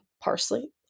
parsley